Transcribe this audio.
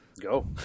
Go